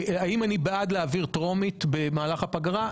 האם אני בעד להעביר טרומית במהלך הפגרה?